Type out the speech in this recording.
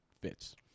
fits